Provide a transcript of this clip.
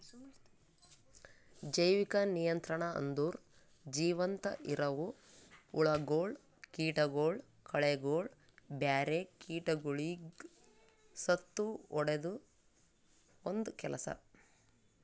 ಜೈವಿಕ ನಿಯಂತ್ರಣ ಅಂದುರ್ ಜೀವಂತ ಇರವು ಹುಳಗೊಳ್, ಕೀಟಗೊಳ್, ಕಳೆಗೊಳ್, ಬ್ಯಾರೆ ಕೀಟಗೊಳಿಗ್ ಸತ್ತುಹೊಡೆದು ಒಂದ್ ಕೆಲಸ